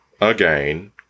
again